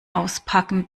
auspacken